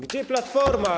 Gdzie Platforma?